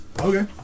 Okay